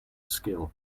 skill